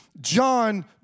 John